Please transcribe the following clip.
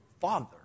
Father